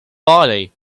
bali